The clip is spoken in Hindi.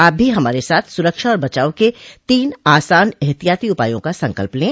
आप भी हमारे साथ सुरक्षा और बचाव के तीन आसान एहतियाती उपायों का संकल्प लें